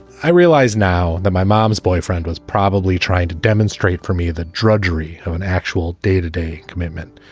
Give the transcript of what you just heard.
i realize now that my mom's boyfriend was probably trying to demonstrate for me the drudgery of an actual day to day commitment.